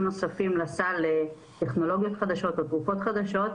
נוספים לסל לטכנולוגיות חדשות ותרופות חדשות.